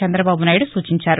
చందబాబు నాయుడు సూచించారు